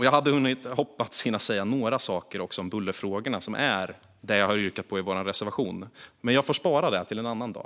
Jag hade hoppats hinna säga några saker om bullerfrågorna, som är det jag har yrkat bifall till i vår reservation. Men det får jag spara till en annan dag.